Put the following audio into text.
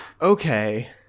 Okay